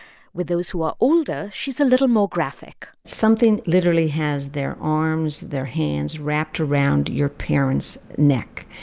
with those who are older, she's a little more graphic something literally has their arms, their hands wrapped around your parent's neck,